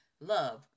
Love